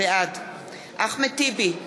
בעד אחמד טיבי,